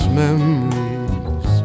memories